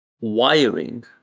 wiring